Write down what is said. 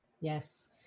Yes